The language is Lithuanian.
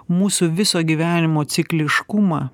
mūsų viso gyvenimo cikliškumą